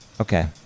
Okay